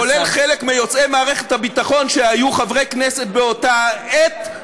כולל חלק מיוצאי מערכת הביטחון שהיו חברי כנסת באותה עת.